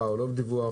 לדווח,